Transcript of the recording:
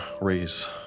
raise